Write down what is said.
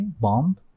Bomb